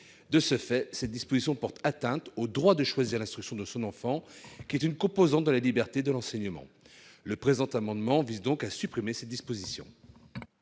De ce fait, cette disposition porte atteinte au droit de choisir l'instruction de son enfant, qui est une composante de la liberté de l'enseignement. Le présent amendement vise donc à la supprimer. Quel est